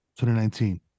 2019